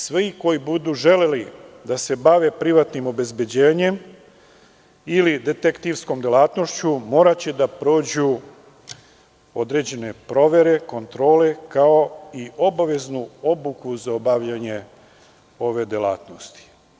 Svi koji budu želeli da se bave privatnim obezbeđenjem ili detektivskom delatnošću moraće da prođu određene provere, kontrole, kao i obaveznu obuku za obavljanje ove delatnosti.